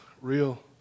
real